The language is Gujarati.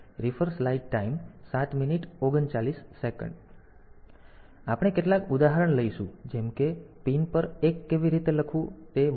તેથી આપણે કેટલાક ઉદાહરણ લઈશું જેમ કે પિન પર 1 કેવી રીતે લખવું તે 1